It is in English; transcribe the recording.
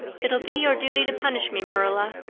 it'll be your duty to punish me, marilla.